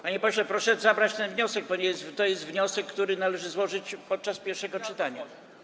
Panie pośle, proszę zabrać ten wniosek, bo to jest wniosek, który należy złożyć podczas pierwszego czytania.